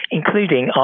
including